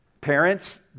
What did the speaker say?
Parents